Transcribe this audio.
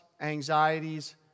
anxieties